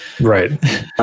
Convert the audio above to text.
Right